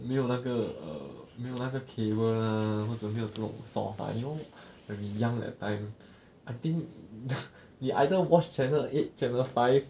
没有那个 err 没有那个 cable lah 或者没有这种 source ah 有 when we young that time I think we either watch channel eight channel five